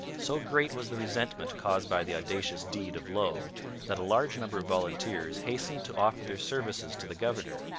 so great was the resentment caused by the audacious deed of low that a large number of volunteers hastened to offer their services to the governor,